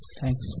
Thanks